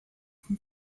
from